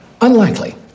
Unlikely